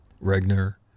Regner